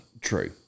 True